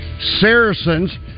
Saracens